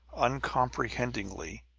uncomprehendingly,